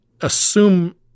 assume